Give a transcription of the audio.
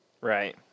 Right